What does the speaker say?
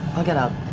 i'll get out.